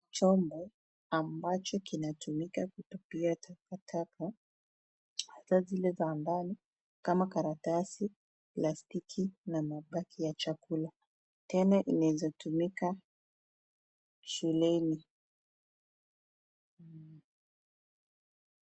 Chombo ambacho kinatumika kutupia takataka, hata zile za ndani kama karatasi, plastiki na mabaki ya chakula. Tena inaweza kutumika shuleni.